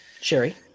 Sherry